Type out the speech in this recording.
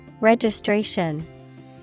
Registration